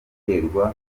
biterwa